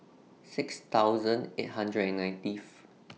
six thousand eight hundred nineteenth